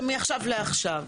של מעכשיו לעכשיו.